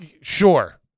Sure